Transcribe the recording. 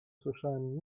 słyszałem